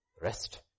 Rest